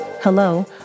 Hello